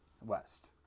West